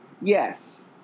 yes